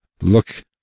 look